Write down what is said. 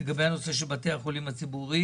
לגבי הנושא של בתי החולים הציבוריים.